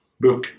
book